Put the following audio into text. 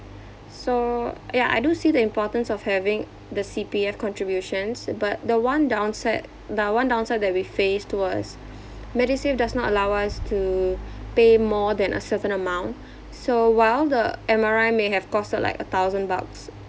so ya I do see the importance of having the C_P_F contributions but the one downside the one downside that we faced was medisave does not allow us to pay more than a certain amount so while the M_R_I may have costed like a thousand bucks